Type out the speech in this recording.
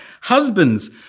Husbands